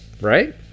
right